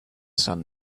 sun